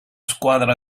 squadra